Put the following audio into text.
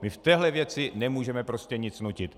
My v téhle věci nemůžeme prostě nic nutit.